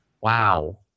wow